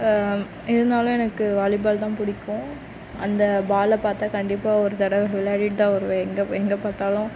இருந்தாலும் எனக்கு வாலிபால் தான் பிடிக்கும் அந்த பாலை பார்த்தா கண்டிப்பாக ஒரு தடவை விளையாடிட்டு தான் வருவேன் எங்கே ப எங்கே பார்த்தாலும்